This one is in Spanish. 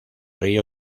río